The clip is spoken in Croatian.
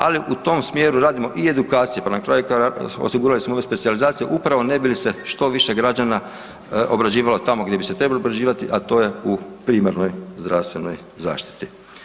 Ali u tom smjeru radimo i edukacije, pa na kraju osigurali smo i specijalizacije upravo ne bi li se što više građana obrađivalo tamo gdje bi se trebali obrađivati, a to je u primarnoj zdravstvenoj zaštiti.